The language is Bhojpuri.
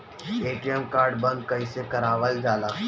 ए.टी.एम कार्ड बन्द कईसे करावल जाला?